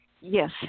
Yes